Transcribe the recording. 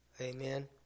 Amen